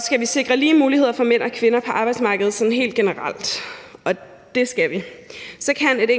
Skal vi sikre lige muligheder for mænd og kvinder på arbejdsmarkedet sådan helt generelt – og det skal vi – så kan nogle